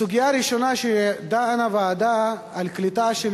הסוגיה הראשונה שבה דנה הוועדה היא הקליטה של